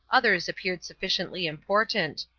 others appeared sufficiently important.